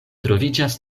troviĝas